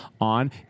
on